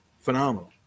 phenomenal